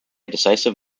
decisive